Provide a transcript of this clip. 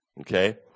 Okay